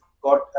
got